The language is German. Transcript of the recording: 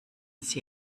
sie